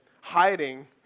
hiding